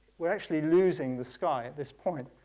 we're actually losing the sky at this point,